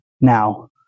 Now